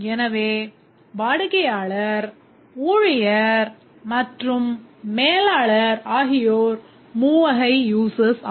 எனவே வாடிக்கையாளர் ஊழியர் மற்றும் மேலாளர் ஆகியோர் மூவகை users ஆவர்